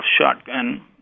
shotgun